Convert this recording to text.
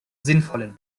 sinnvollen